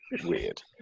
weird